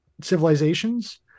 civilizations